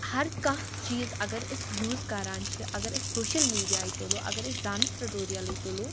ہر کانٛہہ چیٖز اگر أسۍ یوٗز کَران چھِ اگر أسۍ سوشل میڈیا ہٕے تُلو اگر أسۍ ڈانٕس ٹیٹورِیَلٕے تُلو